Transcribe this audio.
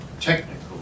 technical